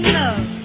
love